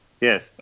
yes